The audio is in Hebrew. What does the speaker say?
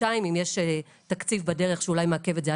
חודשיים אם יש תקציב בדרך שאולי מעכב את זה,